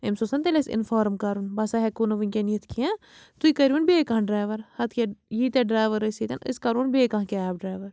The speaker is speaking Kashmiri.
أمِس اوس نَہ تیٚلہِ اَسہِ اِنفارم کَرُن بہٕ ہسا ہٮ۪کو نہٕ وٕنۍکٮ۪ن یِتھ کیٚنٛہہ تُہۍ کٔرۍہُن بیٚیہِ کانٛہہ ڈرٛایور اَدٕ کیٛاہ ییٖتیٛاہ ڈرٛایور ٲسۍ ییٚتٮ۪ن أسۍ کَرٕہون بیٚیہِ کانٛہہ کیب ڈرٛایور